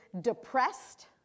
depressed